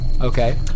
Okay